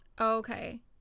Okay